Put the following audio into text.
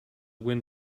wind